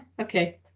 okay